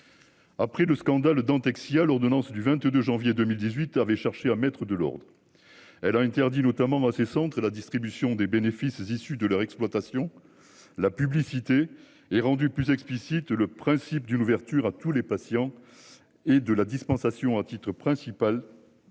Après le scandale Dentexia. L'ordonnance du 22 janvier 2018 avait cherché à mettre de l'ordre. Elle a interdit notamment dans ces centres et la distribution des bénéfices issus de leur exploitation. La publicité est rendue plus explicite le principe d'une ouverture à tous les patients et de la dispensation à titre principal. De